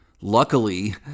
Luckily